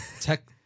tech